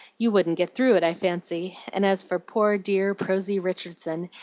you wouldn't get through it, i fancy and as for poor, dear, prosy richardson,